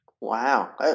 Wow